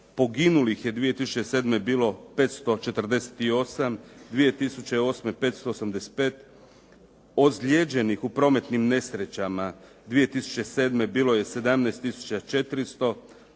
poginulih je 2007. bilo 548, 2008. 585, ozlijeđenih u prometnim nesrećama 2007. bilo je 17 400,